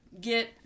get